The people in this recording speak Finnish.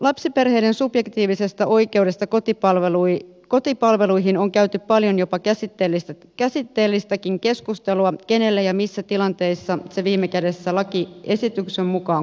lapsiperheiden subjektiivisesta oikeudesta kotipalveluihin on käyty paljon jopa käsitteellistäkin keskustelua kenelle ja missä tilanteissa se viime kädessä lakiesityksen mukaan kuuluisi